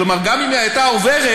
כלומר, גם אם היא הייתה עוברת,